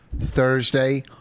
Thursday